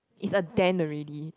is a dent already